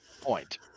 point